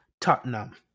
Tottenham